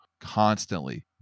constantly